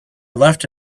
left